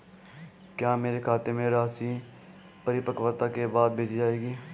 क्या मेरे खाते में राशि परिपक्वता के बाद भेजी जाएगी?